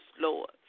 Lord